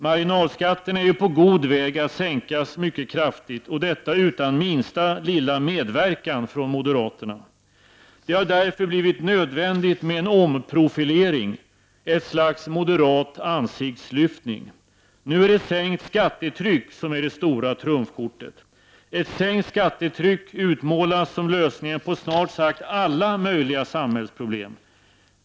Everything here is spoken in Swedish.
Marginalskatterna är ju på god väg att sänkas mycket kraftigt, och detta utan minsta lilla medverkan från moderaterna. Det har därför blivit nödvändigt med en omprofilering, ett slags moderat ansiktslyftning. Nu är det sänkt skattetryck som är det stora trumfkortet. Ett sänkt skattetryck utmålas som lösningen på snart sagt alla möjliga samhällsproblem.